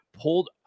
pulled